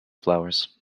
flowers